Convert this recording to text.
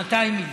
200 מיליון.